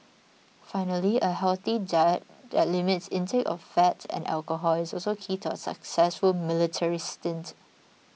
finally a healthy diet that limits intake of fat and alcohol is also key to a successful military stint